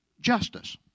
justice